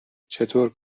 چطور